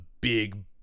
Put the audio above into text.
big